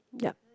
yup